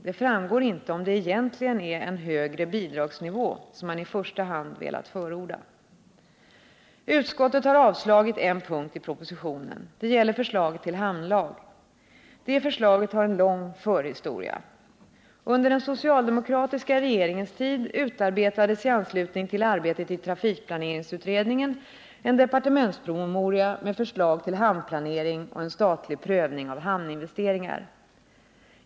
Det framgår inte om det egentligen är en högre bidragsnivå som man i första hand velat förorda. Utskottet har avslagit en punkt i propositionen. Det gäller förslaget till hamnlag. Det förslaget har en lång förhistoria. Under den socialdemokratiska regeringens tid utarbetades i anslutning till arbetet i trafikplaneringsutredningen en departementspromemoria med förslag till hamnplanering och en statlig prövning av hamninvesteringar.